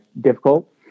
difficult